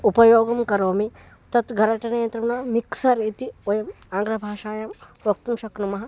उपयोगं करोमि तद् गरटनयन्त्रम् मिक्सर् इति वयम् आङ्ग्लभाषायां वक्तुं शक्नुमः